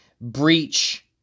breach